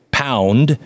pound